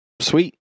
Sweet